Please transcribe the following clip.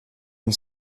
and